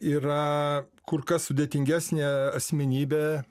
yra kur kas sudėtingesnė asmenybė